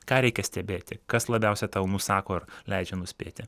ką reikia stebėti kas labiausiai tau nusako leidžia nuspėti